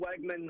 Wegman